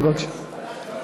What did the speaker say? בבקשה.